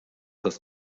das